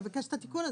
לבקש את התיקון הזה.